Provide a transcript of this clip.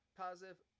positive